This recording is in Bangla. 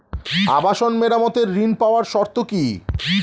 আবাসন মেরামতের ঋণ পাওয়ার শর্ত কি?